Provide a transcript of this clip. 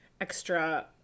extra